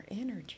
energy